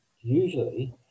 usually